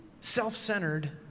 self-centered